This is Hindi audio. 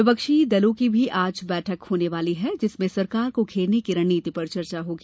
विपक्षी दलों की भी आज बैठक होने वाली है जिसमें सरकार को घेरने की रणनीति पर चर्चा होगी